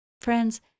Friends